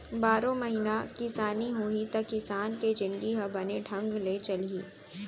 बारो महिना किसानी होही त किसान के जिनगी ह बने ढंग ले चलही